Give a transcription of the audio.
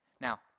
now